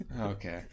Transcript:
Okay